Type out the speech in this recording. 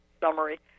summary